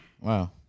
wow